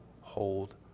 hold